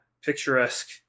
picturesque